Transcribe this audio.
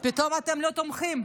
פתאום אתם לא תומכים.